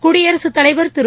குடியரசுத் தலைவா் திரு